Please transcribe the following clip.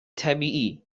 طبیعی